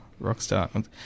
Rockstar